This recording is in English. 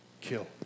kill